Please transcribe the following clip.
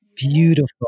beautiful